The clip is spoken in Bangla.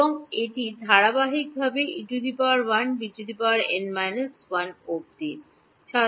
এবং এই ধারাবাহিকভাবে অবধি